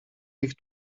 ich